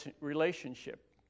relationship